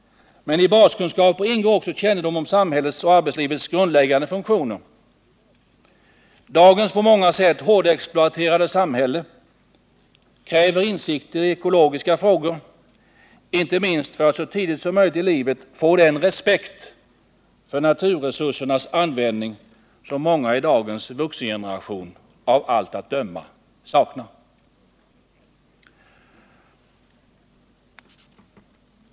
Men i baskunskaper ingår också kännedom om samhällets och arbetslivets grundläggande funktioner. Dagens på många sätt hårdexploaterade samhälle kräver insikter i ekologiska frågor, inte minst för att man så tidigt som möjligt i livet skall få den respekt för naturresursernas användning som många i dagens vuxengeneration av allt att döma saknar.